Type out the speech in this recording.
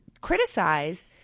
criticized